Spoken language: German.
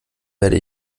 werde